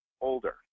older